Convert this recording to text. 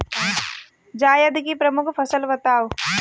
जायद की प्रमुख फसल बताओ